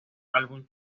album